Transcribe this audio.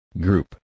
group